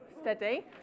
steady